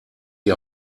die